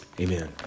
Amen